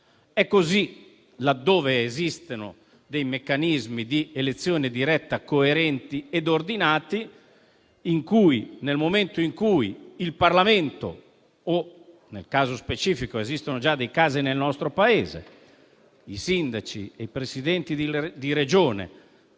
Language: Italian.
E così laddove esistono dei meccanismi di elezione diretta coerenti e ordinati in cui, nel momento in cui il Parlamento o, nel caso specifico (esistono già dei casi nel nostro Paese), i sindaci, i Presidenti di Regione